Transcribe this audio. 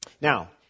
Now